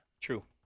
True